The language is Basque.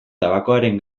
tabakoaren